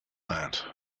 that